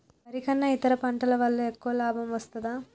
వరి కన్నా ఇతర పంటల వల్ల ఎక్కువ లాభం వస్తదా?